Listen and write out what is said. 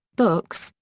books,